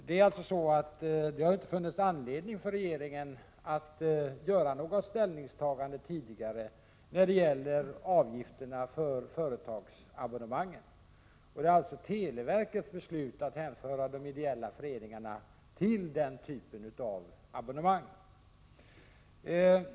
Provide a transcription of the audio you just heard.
Det är alltså så att det inte har funnits anledning för regeringen att göra något ställningstagande tidigare då det gäller avgifterna för företagsabonnemangen, och det var televerkets beslut att hänföra de ideella föreningarna till den typen av abonnemang.